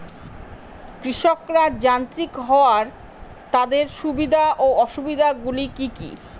কৃষকরা যান্ত্রিক হওয়ার তাদের সুবিধা ও অসুবিধা গুলি কি কি?